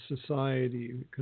society